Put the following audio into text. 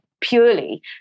purely